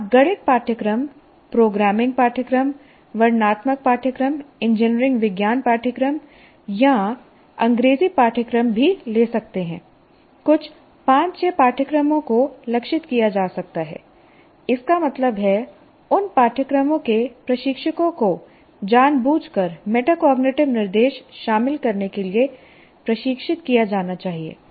आप गणित पाठ्यक्रमप्रोग्रामिंग पाठ्यक्रमवर्णनात्मक पाठ्यक्रमइंजीनियरिंग विज्ञान पाठ्यक्रम या अंग्रेजी पाठ्यक्रम भी ले सकते हैं कुछ पाठ्यक्रमों को लक्षित किया जा सकता है इसका मतलब है उन पाठ्यक्रमों के प्रशिक्षकों को जानबूझकर मेटाकॉग्निटिव निर्देश शामिल करने के लिए प्रशिक्षित किया जाना चाहिए